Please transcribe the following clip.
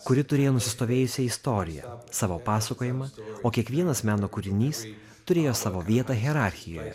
kuri turėjo nusistovėjusią istoriją savo pasakojimą o kiekvienas meno kūrinys turėjo savo vietą hierarchijoje